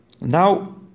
Now